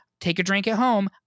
take-a-drink-at-home